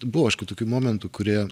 buvo aišku tokių momentų kurie